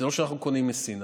זה לא שאנחנו קונים מסין.